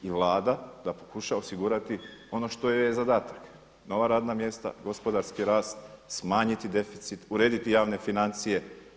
I Vlada da pokuša osigurati ono što joj je zadatak, nova radna mjesta, gospodarski rast, smanjiti deficit, urediti javne financije.